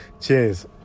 Cheers